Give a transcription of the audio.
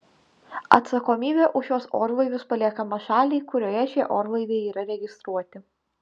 atsakomybė už šiuos orlaivius paliekama šaliai kurioje šie orlaiviai yra registruoti